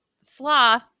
sloth